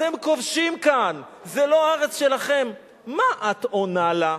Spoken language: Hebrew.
אתם כובשים כאן, זה לא הארץ שלכם, מה את עונה לה?